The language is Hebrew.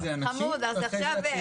אחרי זה הנשים ואחרי זה.